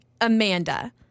Amanda